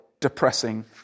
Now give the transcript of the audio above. depressing